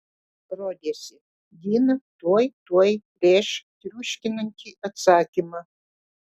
rodėsi dina tuoj tuoj rėš triuškinantį atsakymą